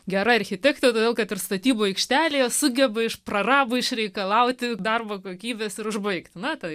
gera architektė todėl kad ir statybų aikštelėje sugeba iš prarabo išreikalauti darbo kokybės ir užbaigti mato